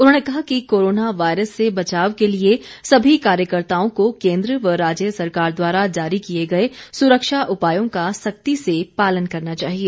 उन्होंने कहा कि कोरोना वायरस से बचाव के लिए सभी कार्यकर्ताओं को केंद्र व राज्य सरकार द्वारा जारी किए गए सुरक्षा उपायों का सख्ती से पालन करना चाहिए